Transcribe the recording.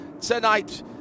tonight